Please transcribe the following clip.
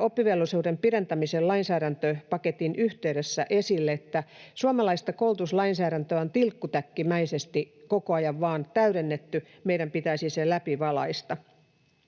oppivelvollisuuden pidentämisen lainsäädäntöpaketin yhteydessä esille, että suomalaista koulutuslainsäädäntöä on tilkkutäkkimäisesti koko ajan vain täydennetty. Meidän pitäisi se läpivalaista.